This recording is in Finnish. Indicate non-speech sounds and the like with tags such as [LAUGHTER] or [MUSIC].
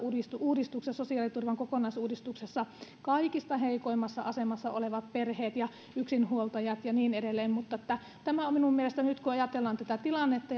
sosiaaliturvan kokonaisuudistuksessa kaikista heikoimmassa asemassa olevat perheet yksinhuoltajat ja niin edelleen mutta tämä on minun mielestäni nyt kun ajatellaan tätä tilannetta [UNINTELLIGIBLE]